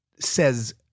says